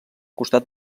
costat